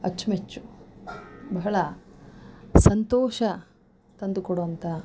ಅಚ್ಚುಮೆಚ್ಚು ಬಹಳ ಸಂತೋಷ ತಂದುಕೊಡುವಂಥ